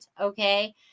okay